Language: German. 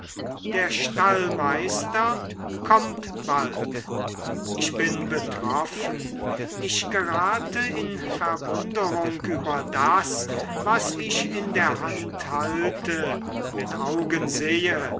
der stallmeister kommt bald ich bin betroffen ich gerate in verwunderung über das was ich in der hand halte mit augen sehe